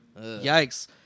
Yikes